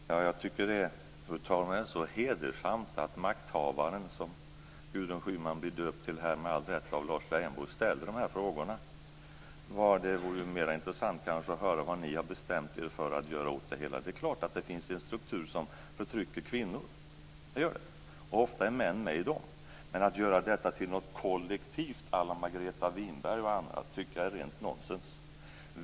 Fru talman! Jag tycker att det är så hedersamt att makthavaren, som Gudrun Schyman med all rätt blev kallad av Lars Leijonborg, ställer de här frågorna. Det vore kanske mera intressant att höra vad ni har bestämt er för att göra åt det hela. Det är klart att det finns en struktur som förtrycker kvinnor. Det gör det. Och ofta är män med i dem. Men att göra detta till något kollektivt à la Margareta Winberg och andra tycker jag är rent nonsens.